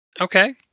Okay